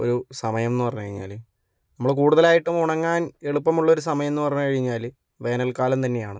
ഒരു സമയം എന്നു പറഞ്ഞു കഴിഞ്ഞാൽ നമ്മള് കൂടുതലായിട്ടും ഉണങ്ങാന് ഏളുപ്പമിള്ളൊരു സമയം എന്നു പറഞ്ഞുകഴിഞ്ഞാൽ വേനല്ക്കാലം തന്നെയാണ്